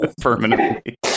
permanently